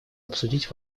обсудить